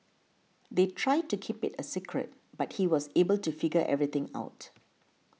they tried to keep it a secret but he was able to figure everything out